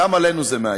גם עלינו זה מאיים.